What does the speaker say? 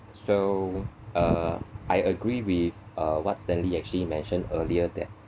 so uh I agree with uh what stanley actually mentioned earlier that